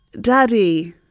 Daddy